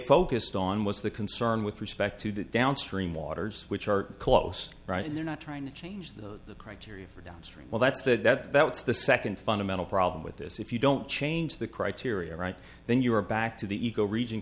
focused on was the concern with respect to the downstream waters which are close to right and they're not trying to change the criteria for downstream well that's the that's the second fundamental problem with this if you don't change the criteria right then you are back to the eco region